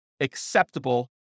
acceptable